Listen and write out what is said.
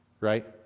Right